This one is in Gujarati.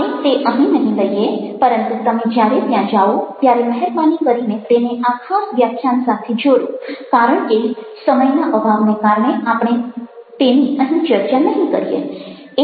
આપણે તે અહીં નહિ લઈએ પરંતુ તમે જ્યારે ત્યાં જાઓ ત્યારે મહેરબાની કરીને તેને આ ખાસ વ્યાખ્યાન સાથે જોડો કારણ કે સમયના અભાવને કારણે આપણે તેની અહીં ચર્ચા નહિ કરીએ